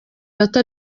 bato